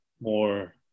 more